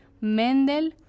Mendel